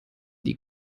die